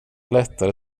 lättare